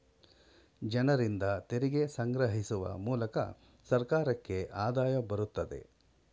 ಜನರಿಂದ ತೆರಿಗೆ ಸಂಗ್ರಹಿಸುವ ಮೂಲಕ ಸರ್ಕಾರಕ್ಕೆ ಆದಾಯ ಬರುತ್ತದೆ